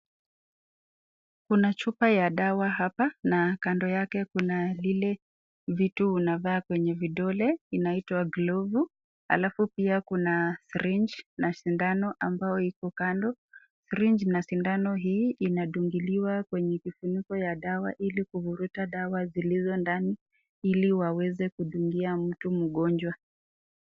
Kuna chupa ya dawa hapa na kando yake kuna lile vitu unavaa kwenye vidole inaitwa glovu. Alafu pia kuna syringe na sindano ambao iko kando. Syringe na sindano hii inadungiliwa kwenye kifuniko ya dawa ili kuvuruta dawa zilizo ndani ili waweze kudungia mtu mgonjwa.